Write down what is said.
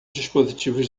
dispositivos